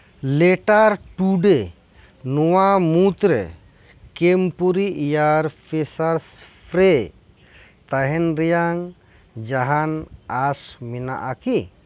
letter ᱴᱩᱰᱮ ᱱᱚᱣᱟ ᱢᱩᱬᱩᱫ ᱨᱮ ᱠᱮᱢᱯᱩᱨᱤ ᱮᱭᱟᱨ ᱯᱷᱨᱮᱥᱟᱥ ᱯᱨᱮ ᱛᱟᱸᱦᱮᱱ ᱨᱮᱭᱟᱜ ᱡᱟᱦᱟᱱ ᱟᱥ ᱢᱮᱱᱟᱜ ᱟᱠᱤ